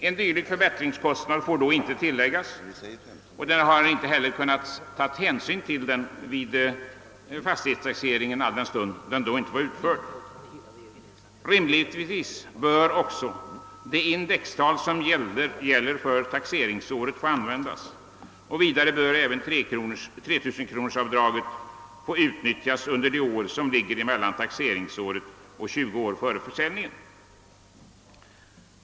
En dylik förbättringskostnad får då inte tilläggas, och man har heller inte kunnat ta hänsyn till denna vid fastighetstaxeringen, alldenstund den då inte var utförd. Rimligtvis bör också det indextal som gäller för taxeringsåret få an vändas, och vidare bör även 3 000-kronorsavdraget få utnyttjas under de år som ligger mellan taxeringsåret och 20 år före försäljningen.